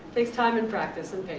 takes time and practice and